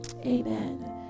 amen